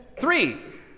Three